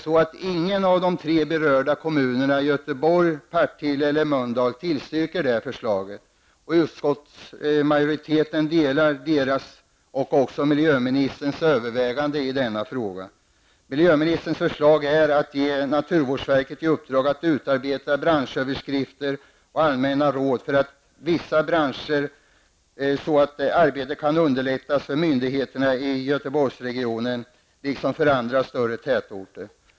Men ingen av de tre berörda kommunerna -- Göteborg, Partille och Mölndal -- tillstyrker det här förslaget. Utskottsmajoriteten instämmer i dessa kommuners, liksom också miljöministerns, överväganden i denna fråga. Miljöministerns förslag är att naturvårdsverket skall få i uppdrag att utarbeta branschöversikter och allmänna råd för vissa branscher, så att arbetet kan underlättas för myndigheter i Göteborgsregionen liksom för andra större tätorter.